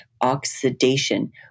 oxidation